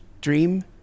dream